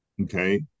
Okay